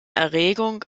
erregung